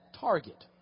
target